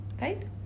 right